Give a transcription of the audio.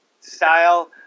style